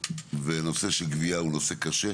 ונושא של גבייה הוא נושא קשה,